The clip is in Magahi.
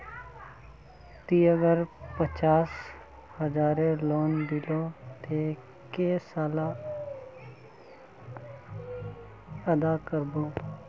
ती अगर पचास हजारेर लोन लिलो ते कै साले अदा कर बो?